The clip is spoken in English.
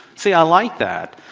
see i like that.